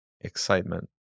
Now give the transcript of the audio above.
excitement